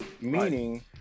meaning